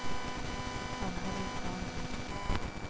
अरहर एक दाल है